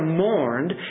mourned